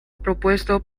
propuesto